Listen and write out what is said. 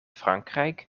frankrijk